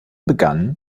begann